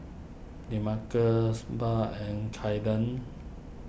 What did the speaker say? Demarcus Barb and Kaiden